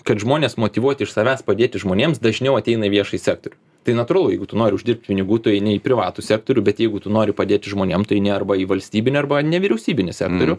kad žmonės motyvuoti iš savęs padėti žmonėms dažniau ateina į viešąjį sektorių tai natūralu jeigu tu nori uždirbt pinigų tu eini į privatų sektorių bet jeigu tu nori padėti žmonėm tai eini arba į valstybinį arba nevyriausybinį sektorių